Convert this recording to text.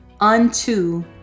unto